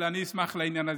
אבל אני אשמח לעניין הזה.